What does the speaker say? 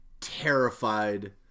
terrified